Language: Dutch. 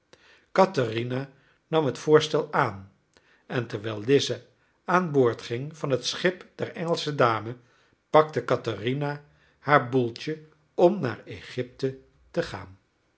katherina nam het voorstel aan en terwijl lize aan boord ging van het schip der engelsche dame pakte katherina haar boeltje om naar egypte te gaan